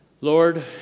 Lord